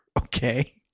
Okay